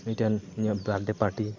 ᱢᱤᱫᱴᱮᱱ birthday party